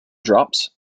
drops